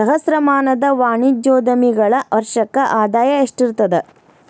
ಸಹಸ್ರಮಾನದ ವಾಣಿಜ್ಯೋದ್ಯಮಿಗಳ ವರ್ಷಕ್ಕ ಆದಾಯ ಎಷ್ಟಿರತದ